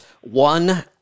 One